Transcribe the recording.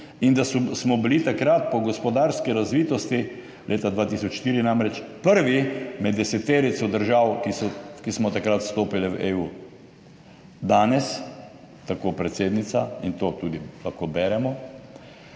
in da smo bili takrat po gospodarski razvitosti, leta 2004 namreč, prvi med deseterico držav, ki smo takrat vstopili v EU. Danes, tako pravi predsednica in to lahko tudi beremo,